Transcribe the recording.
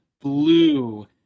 blue